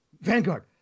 Vanguard